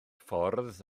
ffordd